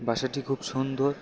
বাসাটি খুব সুন্দর